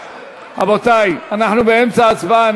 רבותי, אנחנו באמצע הצבעה.